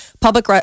public